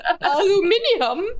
Aluminium